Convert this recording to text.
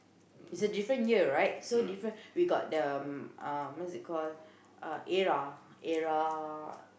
is a different year right so different we got the um what's it call uh era era